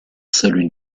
salue